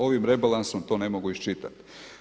Ovim rebalansom to ne mogu iščitati.